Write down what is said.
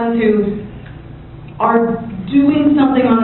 who are doing something